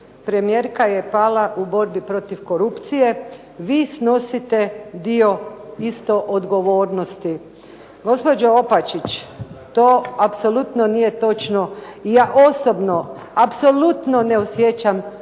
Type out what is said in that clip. premijerka je pala u borbi protiv korupcije, vi snosite dio isto odgovornosti. Gospođo Opačić, to apsolutno nije točno. Ja osobno apsolutno ne osjećam